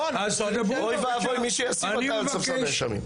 אוי ואבוי מי שישים אותה על ספסל הנאשמים.